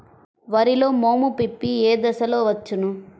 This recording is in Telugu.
వరిలో మోము పిప్పి ఏ దశలో వచ్చును?